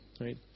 right